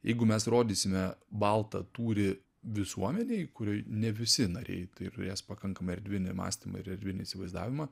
jeigu mes rodysime baltą tūrį visuomenėj kurioj ne visi nariai turės pakankamai erdvinį mąstymą ir erdvinį įsivaizdavimą